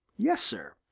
yes, sir,